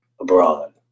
abroad